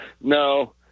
No